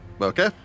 Okay